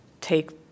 take